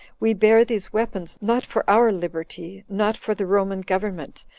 we bear these weapons, not for our liberty, not for the roman government,